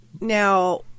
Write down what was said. Now